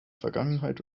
vergangenheit